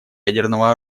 ядерного